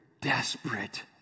desperate